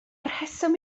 rheswm